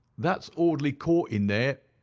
that's audley court in there,